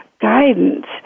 guidance